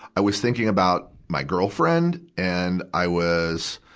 i was thinking about my girlfriend. and i was,